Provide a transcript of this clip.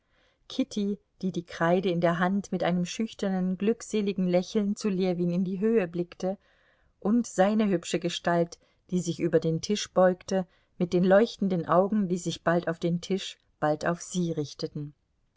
kitty die die kreide in der hand mit einem schüchternen glückseligen lächeln zu ljewin in die höhe blickte und seine hübsche gestalt die sich über den tisch beugte mit den leuchtenden augen die sich bald auf den tisch bald auf sie richteten